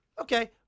Okay